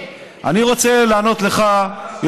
אתם מכונה של